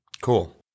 Cool